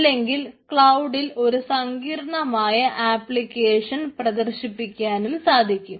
അല്ലെങ്കിൽ ക്ലൌഡിൽ ഒരു സങ്കീർണമായ ആപ്ലിക്കേഷൻ പ്രദർശിപ്പിക്കാനും സാധിക്കും